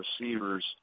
receivers